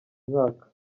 mwaka